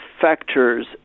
factors